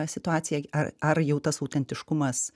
situacija ar ar jau tas autentiškumas